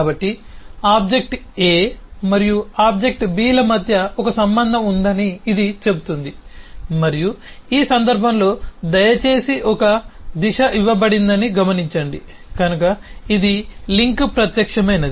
కాబట్టి object A మరియు object B ల మధ్య ఒక సంబంధం ఉందని ఇది చెబుతుంది మరియు ఈ సందర్భంలో దయచేసి ఒక దిశ ఇవ్వబడిందని గమనించండి కనుక ఇది లింక్ ప్రత్యక్షమైనది